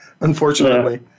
unfortunately